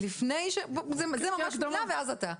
לפני, תיתן לה רק מילה ואז אתה.